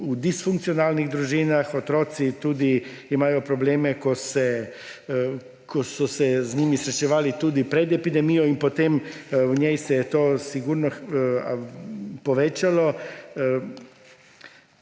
v disfunkcionalnih družinah. Otroci tudi imajo probleme, s katerimi so se srečevali tudi pred epidemijo in potem se je v njej to sigurno povečalo.